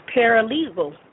Paralegal